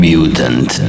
Mutant